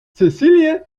sicilië